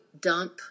dump